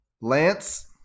Lance